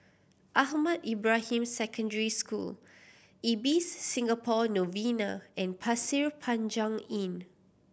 Ahmad Ibrahim Secondary School Ibis Singapore Novena and Pasir Panjang Inn